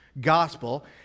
gospel